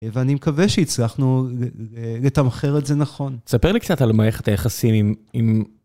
ואני מקווה שהצלחנו לתמחר את זה נכון. ספר לי קצת על מערכת היחסים עם...